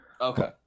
Okay